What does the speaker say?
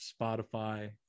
Spotify